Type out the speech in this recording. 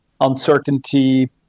uncertainty